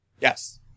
Yes